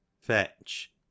fetch